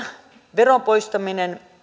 veron poistaminen